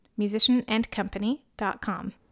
musicianandcompany.com